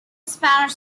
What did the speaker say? spanish